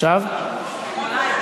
(תיקון מס'